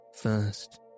First